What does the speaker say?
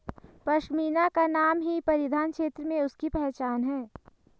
पशमीना का नाम ही परिधान क्षेत्र में उसकी पहचान है